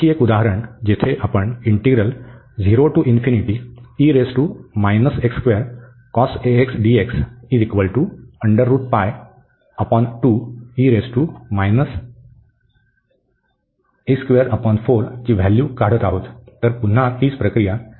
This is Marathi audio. तर आणखी एक उदाहरण जिथे आपण ची व्हॅल्यू काढत आहोत तर पुन्हा तीच प्रक्रिया